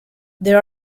there